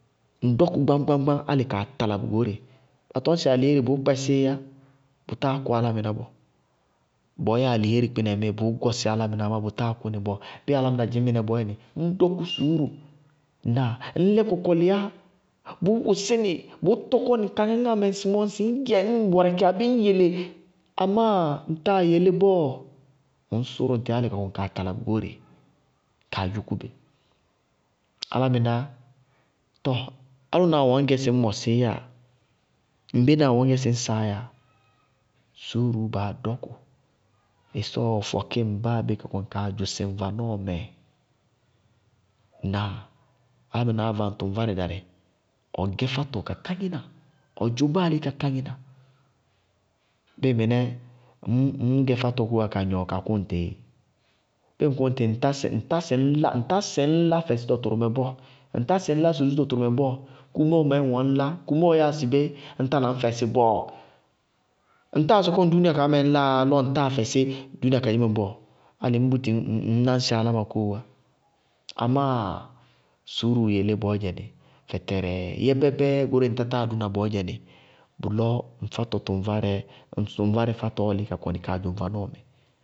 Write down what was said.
Ŋ dɔkʋ gáñ-hbáñ-gbáñ alɩ kaa tala bʋ goóre. Ba tɔñsɩ alihééri, bʋʋ kpɛsɩɩyá, bʋ táa kʋ bɔɔ. Bɔɔ yáa alihééri kpɩnɛ ŋmɩɩ, bʋʋ gɔsɩ álámɩná amá bʋtáa kʋnɩ bɔɔ. Bɩɩ álámɩná dzɩñ mɩnɛ bɔɔyɛnɩ, ŋñ dɔkʋ suúru. Ŋnáa? Ŋñ lɛ kɔkɔlɩyá, bʋʋ wʋsɩ bɩ bʋʋ tɔkɔ ŋ kaŋáŋáa ŋsɩmɔɔ ŋsɩ ñ gɛ ñ wɛrɛkɩ abéé ñ yele abéé. Amáaa, ŋtáa yelé bɔɔ. Ŋñ sʋrʋ ŋtɩ álɩ ñ kɔnɩ kaa tala bʋ goóre. Ñkaa yúkú bɩ. Álámɩná, tɔ, álʋnaá ŋwɛ ŋñ gɛ sɩ ñ mɔsɩɩyáa, ŋbénaa ŋwɛ ŋñ gɛ sɩ ñ saá yáa, suúruú baá dɔkʋ. Ɩsɔɔ fɔkɩ ŋ báabé ka kɔŋ kaa dzʋsɩ ŋ vanɔɔmɛ. Ŋnáa? Álámɩnáá váŋ tʋŋvárɛ darɩ, ɔ gɛ fátɔ ka káŋɩna, ɔ dzʋ báalé ka káŋɩna. Bɩɩ mɩnɛ ŋñ gɛ fátɔ kóowá ka gnɔ ka kʋ ŋtɩɩ? Bɩɩ ŋ kʋ ŋtɩ, ŋtá sɩ ŋñlá fɛsɩtɔ tʋrʋmɛ bɔɔ, ŋtá sɩ ŋñlá sulusúlúto tʋrʋ mɛ bɔɔ, kumóo mɛɛ ŋwɛ ŋñlá. Kumóo yáa sɩbé: ŋtána ŋñ fɛsɩ bɔɔ. Ŋtána ŋñ sɔkɔ ŋ dúúnia kaá mɛɛ ñláa bɔɔ. Álɩ ŋñ búti ŋñ náñsɩ áláma kóowá. Amáaa, suúruu yelé bɔɔdzɛ nɩ, fɛtɛrɛɛɛ yɛbɛbɛɛɛ, goóreé ŋ tá táa dʋna bɔɔzdɛ nɩ, bʋlɔɔ ŋ fátɔ tʋŋvárɛɛ ŋ tʋŋvárɛ fátɔɔ lɩ ka kɔnɩ kaa dzʋ ŋ vanɔɔmɛ.